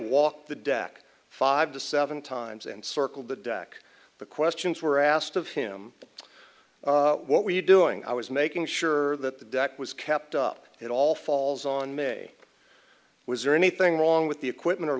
walked the deck five to seven times and circled the deck the questions were asked of him what were you doing i was making sure that the deck was kept up it all falls on may was there anything wrong with the equipment or